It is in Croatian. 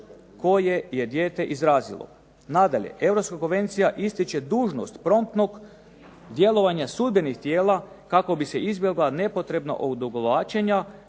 koje je dijete izrazilo. Nadalje, Europska konvencija ističe dužnost promptnog djelovanja sudbenih tijela kako bi se izbjegla nepotrebna odugovlačenja